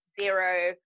zero